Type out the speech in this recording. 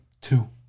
two